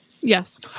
Yes